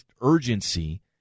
urgency